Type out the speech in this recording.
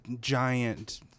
giant